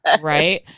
Right